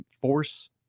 force